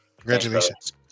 Congratulations